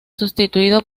sustituido